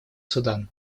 судан